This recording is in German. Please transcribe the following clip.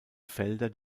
felder